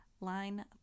line